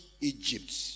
egypt